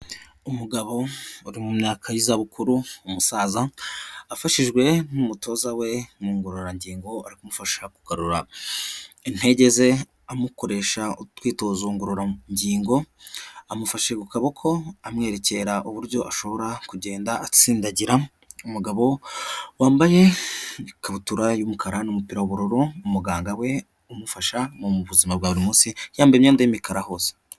Umugabo uri mu myaka y'izabukuru, umusaza afashijwe n'umutoza we mu ngororangingo ari kumufasha kugarura intege ze amukoresha utwitozo ngororangingo, amufashe ku kaboko amwerekera uburyo ashobora kugenda atsindagira, umugabo wambaye ikabutura y'umukara n'umupira w'ubururu, umuganga we umufasha mu buzima bwa buri munsi yambaye imyenda y'umukara hose.